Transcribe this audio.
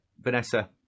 Vanessa